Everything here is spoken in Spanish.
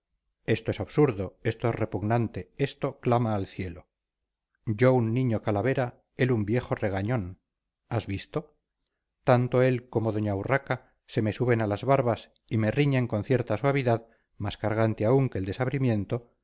esto es absurdo esto es repugnante esto clama al cielo yo un niño calavera él un viejo regañón has visto tanto él como doña urraca se me suben a las barbas y me riñen con cierta suavidad más cargante aún que el desabrimiento